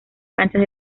canchas